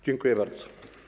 Dziękuję bardzo.